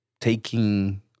taking